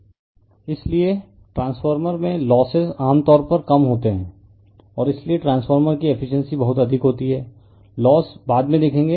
refer slide time 0134 इसलिए transformer में losses आम तौर पर कम होता है और इसलिए ट्रांसफार्मर की एफिशिएंसी बहुत अधिक होती है लोस बाद में देखेंगे